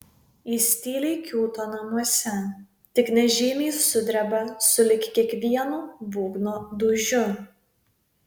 jis tyliai kiūto namuose tik nežymiai sudreba sulig kiekvienu būgno dūžiu